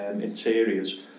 interiors